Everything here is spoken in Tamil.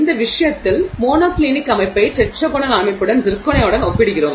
இந்த விஷயத்தில் மோனோக்ளினிக் அமைப்பை டெட்ராகனல் அமைப்புடன் சிர்கோனியாவுடன் ஒப்பிடுகிறோம்